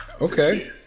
Okay